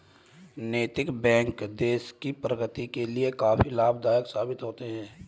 नैतिक बैंक देश की प्रगति के लिए काफी लाभदायक साबित होते हैं